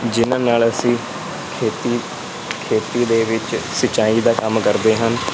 ਜਿਹਨਾਂ ਨਾਲ ਅਸੀਂ ਖੇਤੀ ਖੇਤੀ ਦੇ ਵਿੱਚ ਸਿੰਚਾਈ ਦਾ ਕੰਮ ਕਰਦੇ ਹਨ